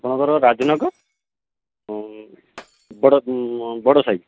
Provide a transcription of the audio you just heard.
ଆପଣଙ୍କର ରାଜନଗର ବଡ଼ସାହି